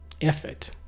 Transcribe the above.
effort